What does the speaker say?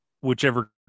whichever